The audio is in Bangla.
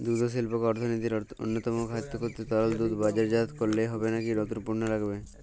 দুগ্ধশিল্পকে অর্থনীতির অন্যতম খাত করতে তরল দুধ বাজারজাত করলেই হবে নাকি নতুন পণ্য লাগবে?